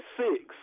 six